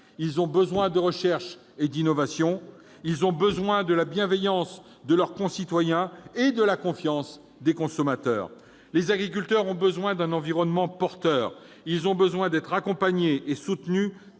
Ils ont besoin de recherche et d'innovation. Ils ont besoin de la bienveillance de leurs concitoyens et de la confiance des consommateurs. Les agriculteurs ont besoin d'un environnement porteur. Ils ont besoin d'être accompagnés et soutenus